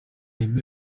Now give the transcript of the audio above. aimé